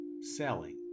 selling